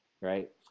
Right